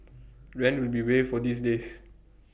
rent will be waived for these days